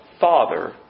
Father